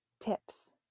tips